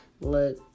look